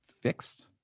fixed